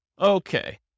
Okay